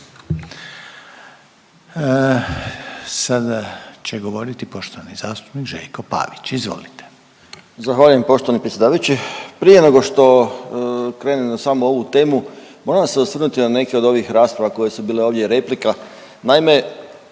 sada repliku ima poštovani zastupnik Željko Pavić, izvolite.